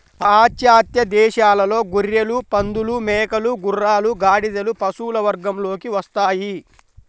పాశ్చాత్య దేశాలలో గొర్రెలు, పందులు, మేకలు, గుర్రాలు, గాడిదలు పశువుల వర్గంలోకి వస్తాయి